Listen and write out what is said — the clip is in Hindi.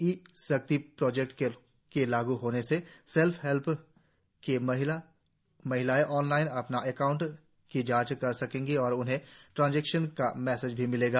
ई शक्ति प्रोजेक्ट के लागू होने से सेल्फ हेल्प की महिलाएं ऑनलाइन अपने अकाउंट की जांच कर सकेगी और उन्हें ट्रांजेंक्शन का मेसेज भी मिलेगा